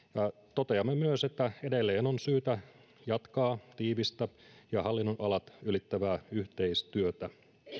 toteamme myös että edelleen on syytä jatkaa tiivistä ja hallinnonalat ylittävää yhteistyötä